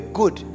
good